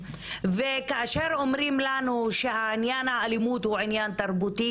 וכאשר אומרים לנו שענין האלימות הוא ענין תרבותי,